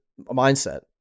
mindset